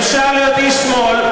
אפשר להיות איש שמאל,